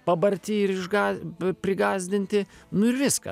pabarti ir išgąs prigąsdinti nu ir viską